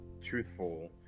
truthful